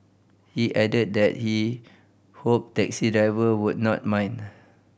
he added that he hoped taxi driver would not mind